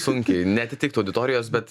sunkiai neatitiktų auditorijos bet